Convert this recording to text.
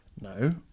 No